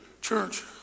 church